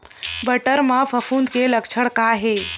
बटर म फफूंद के लक्षण का हे?